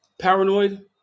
paranoid